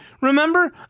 Remember